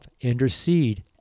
intercede